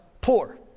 poor